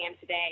today